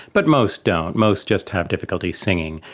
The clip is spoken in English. but most don't, most just have difficulty singing.